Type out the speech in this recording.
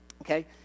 okay